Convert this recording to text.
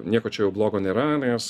nieko čia jau blogo nėra nes